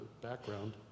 background